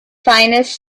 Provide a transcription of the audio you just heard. finest